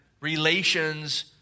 relations